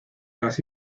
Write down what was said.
las